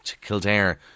Kildare